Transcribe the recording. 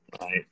Right